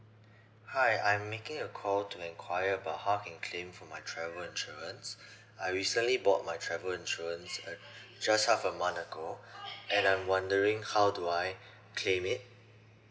hi I'm making a call to inquire about how can claim for my travel insurance I recently bought my travel insurance uh just half a month ago and I'm wondering how do I claim it